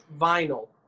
vinyl